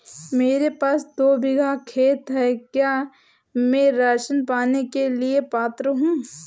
मेरे पास दो बीघा खेत है क्या मैं राशन पाने के लिए पात्र हूँ?